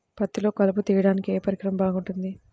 పత్తిలో కలుపు తీయడానికి ఏ పరికరం బాగుంటుంది?